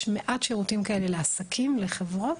יש מעט שירותים כאלה לעסקים, לחברות,